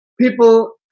people